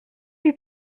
lui